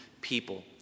people